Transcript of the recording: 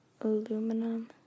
aluminum